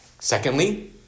Secondly